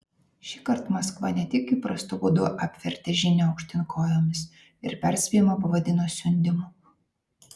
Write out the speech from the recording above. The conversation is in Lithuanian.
šįkart maskva ne tik įprastu būdu apvertė žinią aukštyn kojomis ir perspėjimą pavadino siundymu